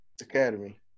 Academy